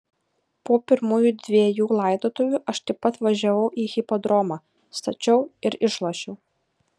po pirmųjų dvejų laidotuvių aš taip pat važiavau į hipodromą stačiau ir išlošiau